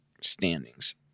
standings